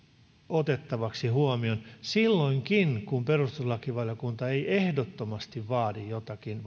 otettavaksi huomioon silloinkin kun perustuslakivaliokunta ei ehdottomasti vaadi jotakin